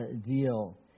deal